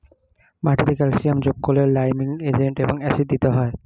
মাটিতে ক্যালসিয়াম যোগ করলে লাইমিং এজেন্ট এবং অ্যাসিড দিতে হয়